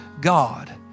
God